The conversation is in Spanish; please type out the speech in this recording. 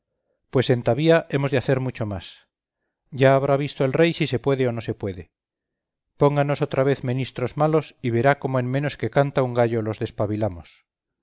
pues entavía hemos de hacer mucho más ya habrá visto el rey si se puede o no se puede pónganos otra vez menistros malos y verá cómo en menos que canta un gallo los despabilamos